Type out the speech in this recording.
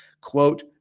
Quote